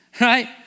right